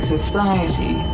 Society